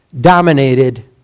dominated